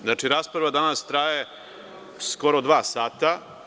Znači, rasprava danas traje skoro dva sata.